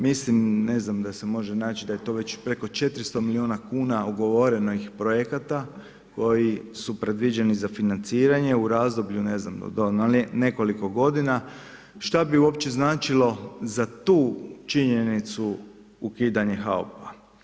Mislim ne znam da se može naći, da je to već preko 400 milijuna kn ugovorenih projekata koji su predviđeni za financiranje u razdoblju, do nekoliko g. šta bi uopće značilo za tu činjenicu ukidanje HAOB-a.